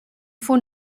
for